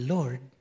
Lord